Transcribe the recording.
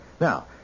Now